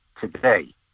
today